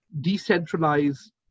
decentralized